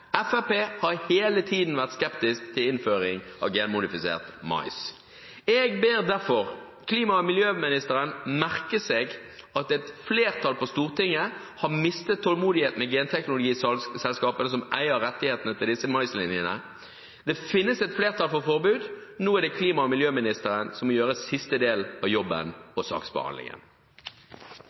Frp har hele tiden vært skeptisk til innføring av genmodifisert mais.» Jeg ber derfor klima- og miljøministeren merke seg at et flertall på Stortinget har mistet tålmodigheten med genteknologiselskapene som eier rettighetene til disse maislinjene. Det finnes et flertall for forbud. Nå er det klima- og miljøministeren som må gjøre siste del av jobben